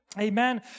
amen